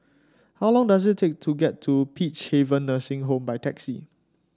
how long does it take to get to Peacehaven Nursing Home by taxi